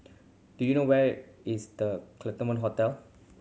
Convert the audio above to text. do you know where is The Claremont Hotel